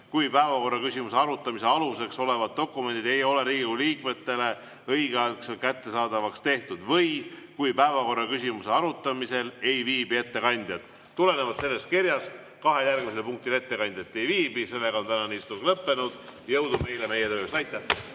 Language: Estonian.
kui päevakorraküsimuse arutamise aluseks olevad dokumendid ei ole Riigikogu liikmetele õigeaegselt kättesaadavaks tehtud või kui päevakorraküsimuse arutamisel ei viibi ettekandjat – tulenevalt sellest kirjast kahe järgmise punkti ettekandjat [saalis] ei viibi –, on tänane istung lõppenud. Jõudu meile meie töös!